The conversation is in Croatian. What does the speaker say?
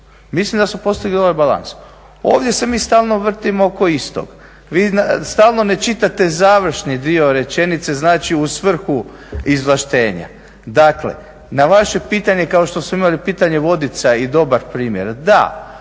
Mislim da smo postavili ovaj balans. Ovdje se mi stalno vrtimo oko istog. Vi stalno ne čitate završni dio rečenice znači u svrhu izvlaštenja. Dakle, na vaše pitanje kako što smo imali pitanje Vodica i dobar primjer, da,